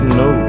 no